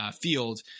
field